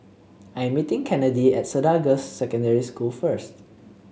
I'm meeting Kennedi at Cedar Girls' Secondary School first